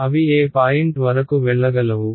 అవి ఏ పాయింట్ వరకు వెళ్ళగలవు